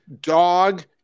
dog